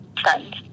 friends